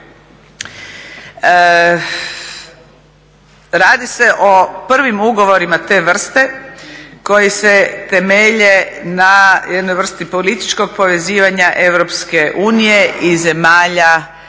Radi se o prvim ugovorima te vrste koji se temelje na jednoj vrsti političkog povezivanja Europske unije i zemalja